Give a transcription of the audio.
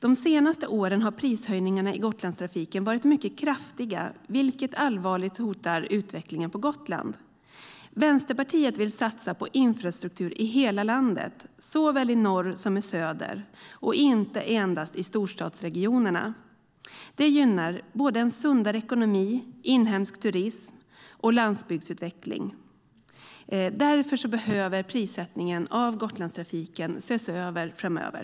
De senaste åren har prishöjningarna i Gotlandstrafiken varit mycket kraftiga, vilket allvarligt hotar utvecklingen på Gotland. Vänsterpartiet vill satsa på infrastruktur i hela landet, såväl i norr som i söder, och inte endast i storstadsregionerna. Det gynnar en sundare ekonomi, inhemsk turism och landsbygdsutveckling. Därför behöver prissättningen i Gotlandstrafiken ses över framöver.